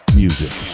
music